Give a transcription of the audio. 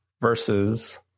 versus